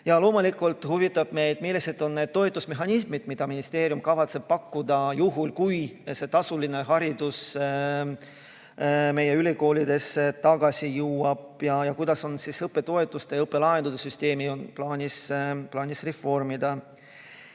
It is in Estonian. Loomulikult huvitab meid seegi, millised on toetusmehhanismid, mida ministeerium kavatseb pakkuda juhul, kui tasuline haridus meie ülikoolidesse tagasi jõuab, ning kuidas on õppetoetuste ja õppelaenude süsteemi plaanis reformida.